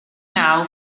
now